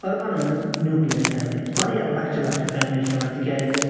أربَنَن ہنٛز nuclear families واریاہ لۄکچہٕ لۄکچہٕ فیملیٖز چھِ یِوان تِکیٛازِ